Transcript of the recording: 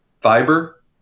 fiber